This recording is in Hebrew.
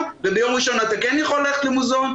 וביום ראשון אתה כן יכול ללכת למוזיאון?